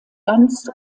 ganz